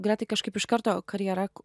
gretai kažkaip iš karto karjera